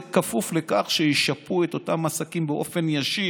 זה כפוף לכך שישפו את אותם עסקים באופן ישיר,